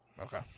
Okay